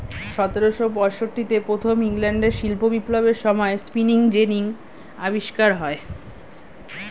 সতেরোশো পঁয়ষট্টিতে প্রথম ইংল্যান্ডের শিল্প বিপ্লবের সময়ে স্পিনিং জেনি আবিষ্কার হয়